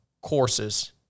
courses